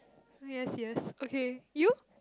yes yes okay you